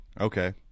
Okay